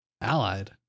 allied